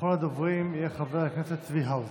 אחרון הדוברים יהיה חבר הכנסת צבי האוזר.